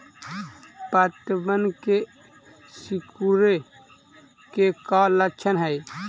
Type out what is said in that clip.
पत्तबन के सिकुड़े के का लक्षण हई?